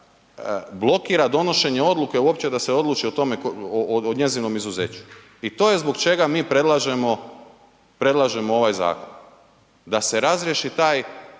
blokira donošenje odluke uopće da se odluči o tome, o njezinom izuzeću. I to je zbog čega mi predlažemo, predlažemo ovaj zakon, da se razriješi taj